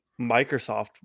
Microsoft